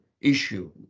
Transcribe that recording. issue